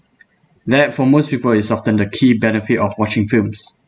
that for most people it is often the key benefit of watching films